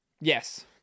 yes